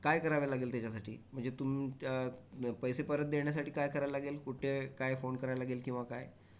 काय करावं लागेल त्याच्यासाठी म्हणजे तुम त्या पैसे परत देण्यासाठी काय करायला लागेल कुठे काय फोन करायला लागेल किंवा काय